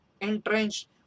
entrenched